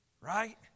Right